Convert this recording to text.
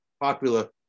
popular